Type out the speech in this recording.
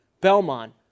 Belmont